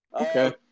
Okay